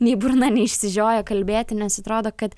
nei burna neišsižioja kalbėti nes atrodo kad